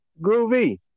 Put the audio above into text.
Groovy